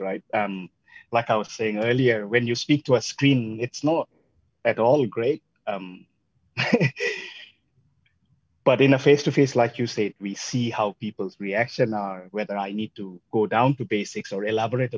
right like i was saying earlier when you speak to a screen it's not at all great but in a face to face like you said we see how people's reaction are whether i need to go down to basics or elaborate a